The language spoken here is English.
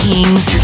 Kings